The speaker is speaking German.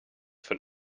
von